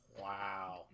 Wow